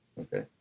Okay